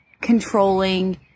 controlling